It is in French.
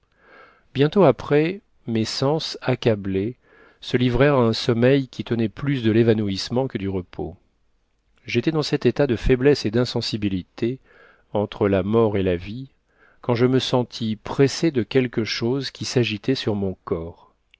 bientôt après mes sens accablés se livrèrent à un sommeil qui tenait plus de l'évanouissement que du repos j'étais dans cet état de faiblesse et d'insensibilité entre la mort et la vie quand je me sentis pressée de quelque chose qui s'agitait sur mon corps